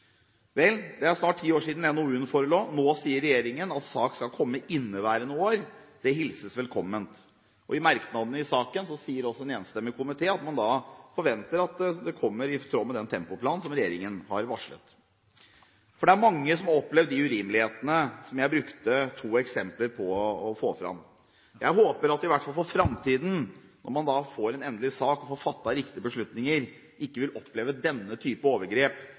Vel, det er snart ti år siden NOU-en forelå. Nå sier regjeringen at en sak skal komme inneværende år. Det hilses velkommen. I merknadene i saken sier også en enstemmig komité at man forventer at den kommer i tråd med den tempoplanen som regjeringen har varslet. Det er mange som har opplevd de urimelighetene som jeg brukte to eksempler på å få fram. Jeg håper at man i hvert fall for framtiden, når man får en endelig sak og får fattet riktige beslutninger, ikke vil oppleve denne type overgrep